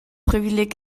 privileg